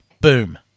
Boom